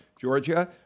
Georgia